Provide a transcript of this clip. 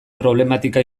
problematika